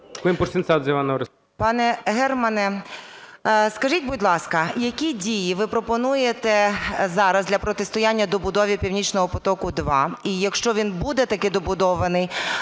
Пане Германе, скажіть, будь ласка, які дії ви пропонуєте зараз для протистояння добудові "Північного потоку-2"? І якщо він буде таки добудований,